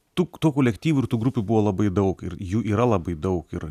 tų tų kolektyvų ir tų grupių buvo labai daug ir jų yra labai daug ir